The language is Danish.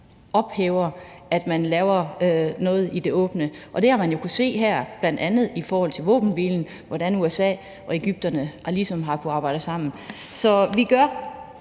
modvirker, at man laver noget i det åbne. Det har man jo kunnet se her, bl.a. i forhold til våbenhvilen, altså hvordan USA og Egypten ligesom har kunnet arbejde sammen. Så vi gør